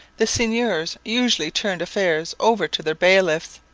the seigneurs usually turned affairs over to their bailiffs,